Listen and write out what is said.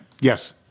Yes